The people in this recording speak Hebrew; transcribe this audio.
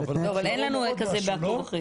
אבל אין לנו כזה ב'עקוף אחרי'.